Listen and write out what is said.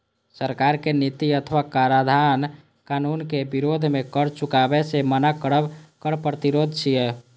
सरकारक नीति अथवा कराधान कानूनक विरोध मे कर चुकाबै सं मना करब कर प्रतिरोध छियै